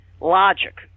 logic